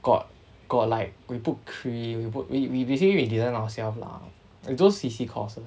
got got like we put cream we put we we basically we design ourselves lah like those C_C courses